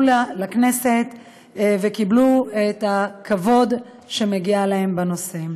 לכנסת וקיבלו את הכבוד שמגיע להם בנושא.